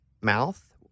mouth